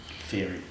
Theory